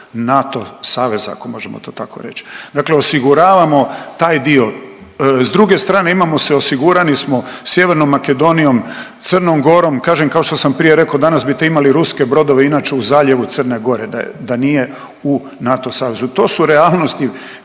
NATO saveza ako možemo to tako reći, dakle osiguravamo taj dio. S druge strane imamo se, osigurani smo Sjevernom Makedonijom, Crnom Gorom, kažem kao što sam prije rekao, danas bi tu imali ruske brodove inače u zaljevu Crne Gore da nije u NATO savezu. To su realnosti